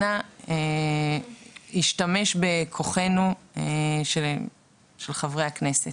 אנא השתמש בכוחם של חברי הכנסת.